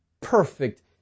perfect